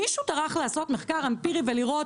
מישהו טרח לעשות מחקר אמפירי ולראות